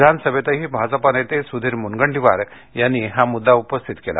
विधानसभेतही भाजपा नेते सुधीर मुनगंटीवार यांनी हा मुद्दा उपस्थित केला